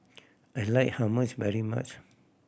I like Hummus very much